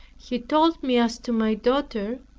he told me as to my daughter,